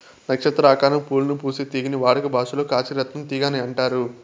నక్షత్ర ఆకారం పూలను పూసే తీగని వాడుక భాషలో కాశీ రత్నం తీగ అని అంటారు